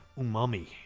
umami